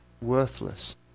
worthless